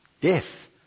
Death